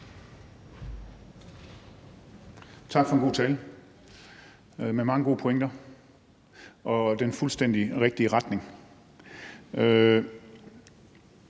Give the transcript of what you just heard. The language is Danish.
Tak for en god tale med mange gode pointer og den fuldstændig rigtige retning.